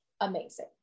amazing